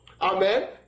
Amen